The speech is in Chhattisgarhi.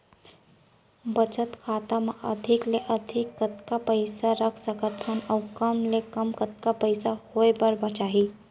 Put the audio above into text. बचत खाता मा अधिक ले अधिक कतका पइसा रख सकथन अऊ कम ले कम कतका पइसा होय बर चाही?